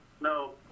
No